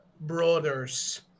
brothers